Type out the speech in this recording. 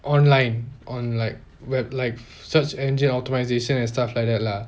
online on like where like search engine optimisation and stuff like that lah